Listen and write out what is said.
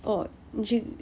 oh 你去